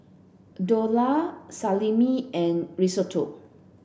Dhokla Salami and Risotto